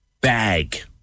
bag